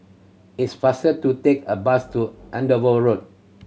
it's faster to take a bus to Andover Road